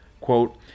Quote